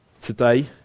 Today